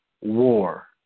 War